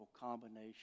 combination